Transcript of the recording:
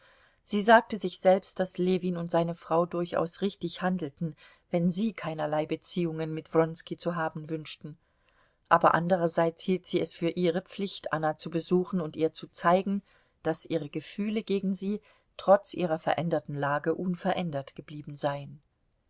sie sagte sich selbst daß ljewin und seine frau durchaus richtig handelten wenn sie keinerlei beziehungen mit wronski zu haben wünschten aber anderseits hielt sie es für ihre pflicht anna zu besuchen und ihr zu zeigen daß ihre gefühle gegen sie trotz ihrer veränderten lage unverändert geblieben seien